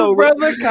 brother